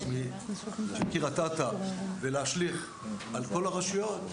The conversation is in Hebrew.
של קריית אתא ולהשליך על כל הרשויות?